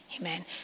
amen